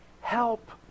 help